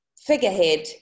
figurehead